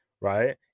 right